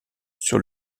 sur